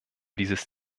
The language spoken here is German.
dieses